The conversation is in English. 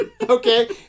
okay